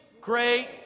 great